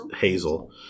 Hazel